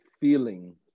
feeling